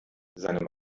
seinem